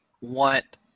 want